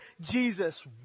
Jesus